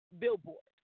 billboard